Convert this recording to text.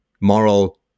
moral